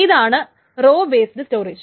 ഇതാണ് row based storage